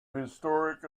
historic